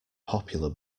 popular